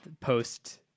post